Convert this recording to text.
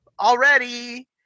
already